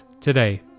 today